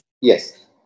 Yes